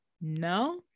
no